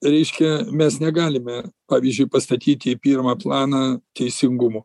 reiškia mes negalime pavyzdžiui pastatyti į pirmą planą teisingumo